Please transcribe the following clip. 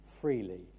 freely